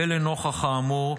ולנוכח האמור,